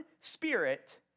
spirit